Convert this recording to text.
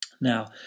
Now